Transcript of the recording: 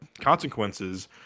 consequences